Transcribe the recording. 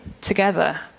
together